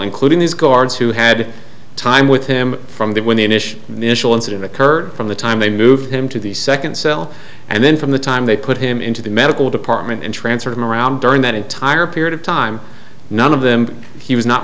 including these guards who had time with him from the when the initial initial incident occurred from the time they moved him to the second cell and then from the time they put him into the medical department and transferred him around during that entire period of time none of them he was not